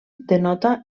denota